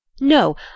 No